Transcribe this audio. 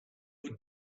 would